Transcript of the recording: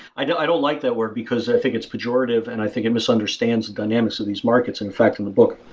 i don't i don't like that word, because i think it's pejorative and i think it misunderstands the dynamics of these markets. in fact, in the book,